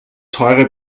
teure